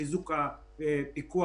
גם מודר יונס, גם חיים ביבס וגם אני.